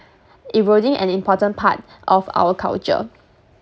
eroding an important part of our culture